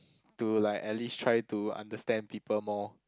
to like at least try to understand people more